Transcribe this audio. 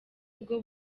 bwo